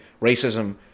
racism